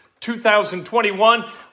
2021